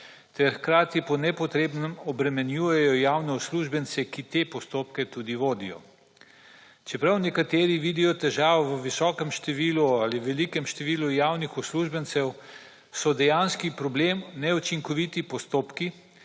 ter hkrati po nepotreben obremenjujejo javne uslužbence, ki te postopke tudi vodijo. Čeprav nekateri vidijo težavo v visokem številu ali velikem številu javnih uslužbencev so dejanski problem neučinkoviti postopki,